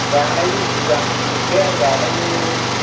जानायनि सिगां मोनसे जानायनि